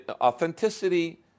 Authenticity